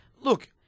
Look